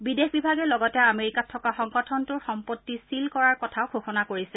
বিদেশ বিভাগে লগতে আমেৰিকাত থকা সংগঠনটোৰ সম্পত্তি চীল কৰাৰ কথাও ঘোষণা কৰিছে